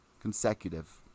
Consecutive